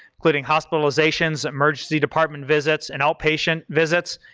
including hospitalizations, emergency department visits and outpatient visits,